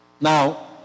Now